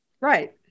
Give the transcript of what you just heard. Right